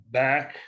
back